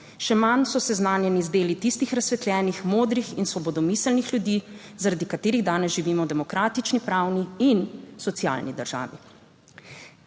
še manj so seznanjeni z deli tistih razsvetljenih, modrih in svobodomiselnih ljudi, zaradi katerih danes živimo v demokratični pravni in socialni državi.